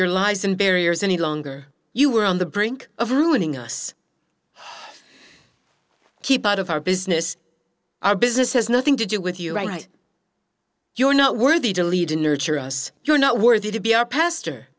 your lies and barriers any longer you are on the brink of owning us keep out of our business our business has nothing to do with you right you are not worthy to lead and nurture us you're not worthy to be our pastor